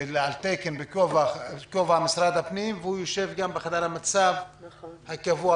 הן מבחינת התקציבים והן מבחינת עזרה